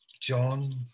John